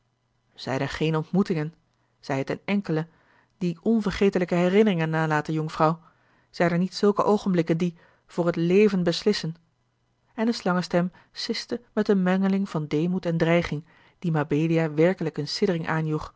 er geene ontmoetingen zij het eene enkele die onvergetelijke herinneringen nalaten jonkvrouw zijn er niet zulke oogenblikken die voor het leven beslissen en de slangestem siste met eene mengeling van deemoed en dreiging die mabelia werkelijk eene siddering aanjoeg